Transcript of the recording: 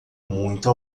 muito